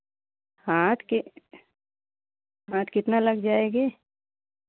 हाट के हाट कितना लग जाएगी